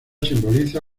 simboliza